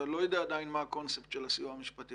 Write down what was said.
אתה לא יודע עדיין מה הקונספט של הסיוע המשפטי,